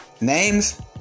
Names